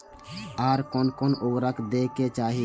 आर कोन कोन उर्वरक दै के चाही?